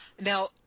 Now